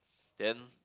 then